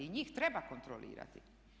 I njih treba kontrolirati.